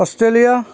Australia